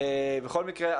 בכל מקרה,